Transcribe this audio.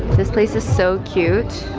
this place is so cute.